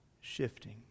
shifting